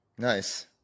Nice